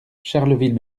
charleville